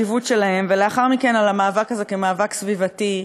ולאחר מכן על המאבק הזה כמאבק סביבתי.